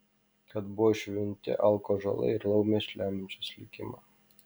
kad buvo šventi alkų ąžuolai ir laumės lemiančios likimą